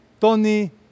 Tony